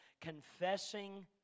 confessing